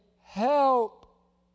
help